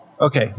Okay